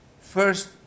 first